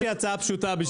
יש לי הצעה פשוטה.